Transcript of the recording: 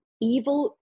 evil